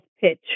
pitch